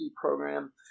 program